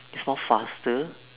is more faster